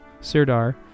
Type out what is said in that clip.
Sirdar